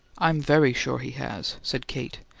i'm very sure he has, said kate,